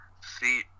See